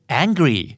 angry